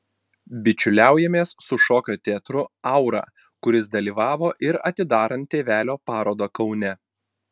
bičiuliaujamės su šokio teatru aura kuris dalyvavo ir atidarant tėvelio parodą kaune